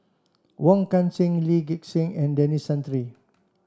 Wong Kan Seng Lee Gek Seng and Denis Santry